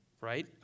right